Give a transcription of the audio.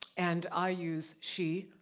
and i use she,